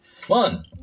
fun